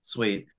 Sweet